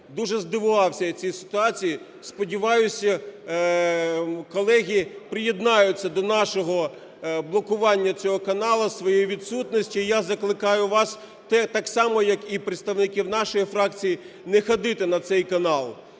Дуже здивувався я цій ситуації. Сподіваюся, колеги приєднаються до нашого блокування цього каналу своєю відсутністю. Я закликаю вас так само, як і представників нашої фракції, не ходити на цей канал.